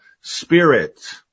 spirit